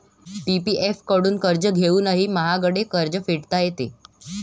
PPF कडून कर्ज घेऊनही महागडे कर्ज फेडता येते